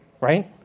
Right